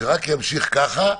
שרק ימשיך ככה.